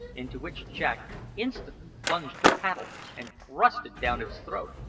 into which jack instantly plunged the paddle and thrust it down its throat.